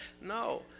No